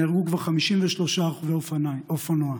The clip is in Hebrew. נהרגו כבר 53 רוכבי אופנוע.